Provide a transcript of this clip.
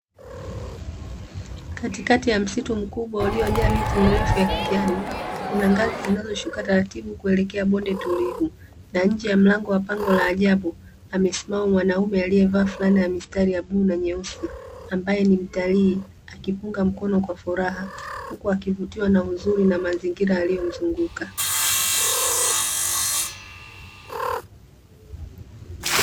Katikati ya msitu mkubwa uliojaa miti mirefu ya kijani, kuna ngazi zinazoshuka taratibu kuelekea bonde tulivu. Na nje ya mlango wa pango la ajabu, amesimama mwanaume aliyevaa fulana ya mistari ya bluu na nyeusi ambaye ni mtalii, akipunga mkono kwa furaha huku akivutiwa na uzuri na mazingira yaliyomzunguka.